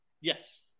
Yes